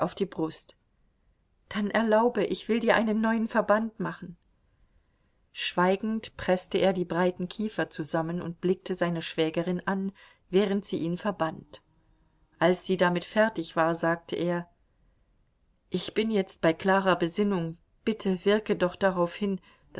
die brust dann erlaube ich will dir einen neuen verband machen schweigend preßte er die breiten kiefer zusammen und blickte seine schwägerin an während sie ihn verband als sie damit fertig war sagte er ich bin jetzt bei klarer besinnung bitte wirke doch darauf hin